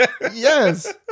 Yes